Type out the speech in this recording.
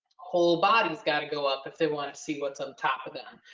whole body's got to go up if they want to see what's on top of them.